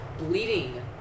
bleeding